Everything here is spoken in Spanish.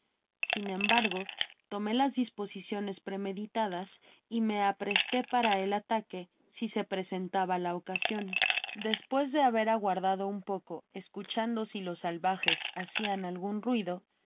sin embargo tomé las disposiciones premeditadas y me apresté para el ataque si se presentaba la ocasion despues de haber aguardado un poco escuchando si los salvajes hacian algun ruido